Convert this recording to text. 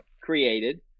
created